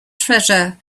treasure